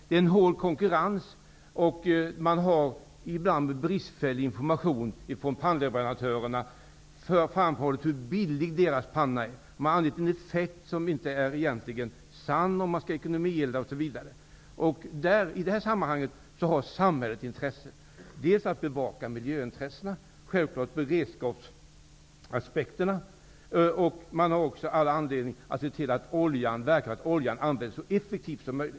Konkurrensen är hård och man får i bland bristfällig information från pannleverantörerna, som har framhållit hur billiga deras pannor är. Man har angett en effekt som egentligen inte är sann -- man skall ekonomielda osv. I detta sammanhang har samhället intresse både av att bevaka miljöintressena samt självfallet att se till beredskapsaspekterna. Man har också all anledning att se till att oljan verkligen används så effektivt som möjligt.